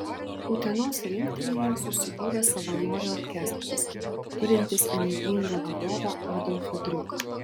utenos rinktinėje susibūrė savanorių orkestras turintis energingą vadovą adolfą driuką